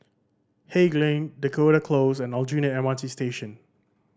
Haig Lane Dakota Close and Aljunied M R T Station